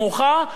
התוחלת,